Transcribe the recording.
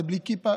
זה בלי כיפה,